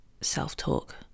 self-talk